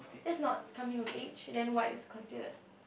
is not coming of age then what is considered